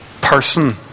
person